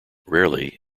rarely